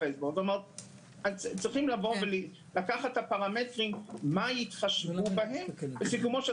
צריכים לקחת את הפרמטרים שבהם יתחשבו ובסופו של